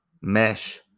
mesh